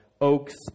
oaks